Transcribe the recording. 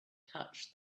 touched